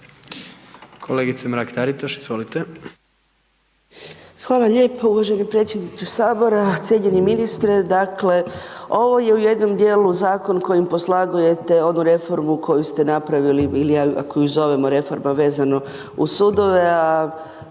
Hvala lijepo. Uvaženi predsjedniče Sabora, cijenjeni ministre, dakle, ovo je u jednom dijelu zakon kojim poslagujete onu reformu koju ste napravili ili ako ju zovemo reforme vezano uz sudove,